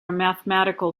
mathematical